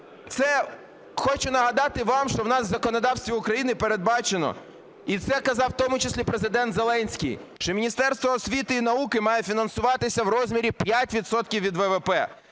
Це, хочу нагадати вам, що у нас в законодавстві України передбачено, і це казав в тому числі Президент Зеленський, що Міністерство освіти і науки має фінансуватися у розмірі 5 відсотків